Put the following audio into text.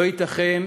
לא ייתכן,